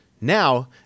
Now